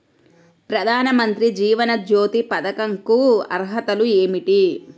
ప్రధాన మంత్రి జీవన జ్యోతి పథకంకు అర్హతలు ఏమిటి?